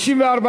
התשע"ד 2013,